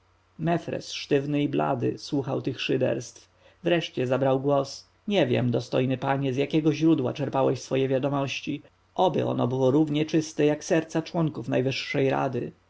sztywny i blady słuchał tych szyderstw wreszcie zabrał głos nie wiem dostojny panie z jakiego źródła czerpałeś swoje wiadomości oby ono było równie czyste jak serca członków najwyższej rady